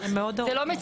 זה לא מציאותי.